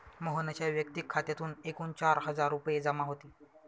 मोहनच्या वैयक्तिक खात्यात एकूण चार हजार रुपये जमा होते